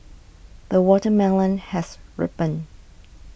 the watermelon has ripened